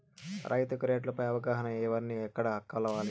రైతుకు రేట్లు పై అవగాహనకు ఎవర్ని ఎక్కడ కలవాలి?